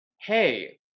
Hey